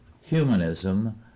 humanism